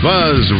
Buzz